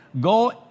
Go